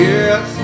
Yes